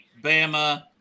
Bama